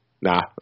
nah